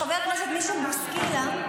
חבר הכנסת מישל בוסקילה,